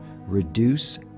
reduce